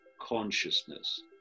consciousness